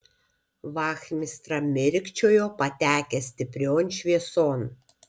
vachmistra mirkčiojo patekęs stiprion švieson